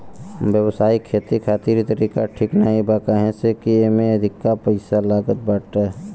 व्यावसायिक खेती खातिर इ तरीका ठीक नाही बा काहे से की एमे अधिका पईसा लागत बाटे